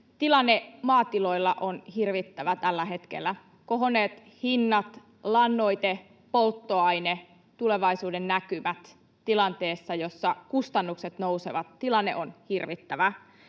Tilanne maatiloilla on hirvittävä tällä hetkellä: kohonneet hinnat — lannoite, polttoaine — tulevaisuuden näkymät tilanteessa, jossa kustannukset nousevat. Tilanne on hirvittävä.